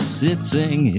sitting